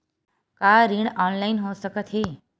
का ऋण ऑनलाइन हो सकत हे?